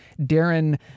darren